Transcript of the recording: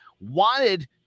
wanted